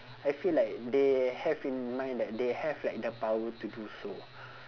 I feel like they have in mind that they have like the power to do so